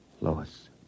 Lois